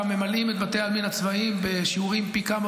גם ממלאים את בתי העלמין הצבאיים בשיעורים פי כמה